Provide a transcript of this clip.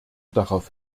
darauf